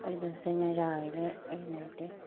ഒരു ദിവസം ഞാൻ രാവിലെ എഴുന്നേറ്റ്